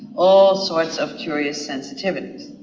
all sorts of curious sensitivities.